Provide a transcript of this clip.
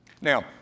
Now